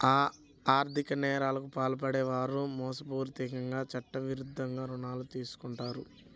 ఆర్ధిక నేరాలకు పాల్పడే వారు మోసపూరితంగా చట్టవిరుద్ధంగా రుణాలు తీసుకుంటారు